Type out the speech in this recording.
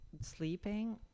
sleeping